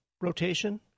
rotation